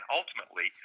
ultimately